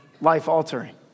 life-altering